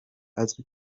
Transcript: azwi